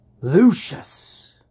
Lucius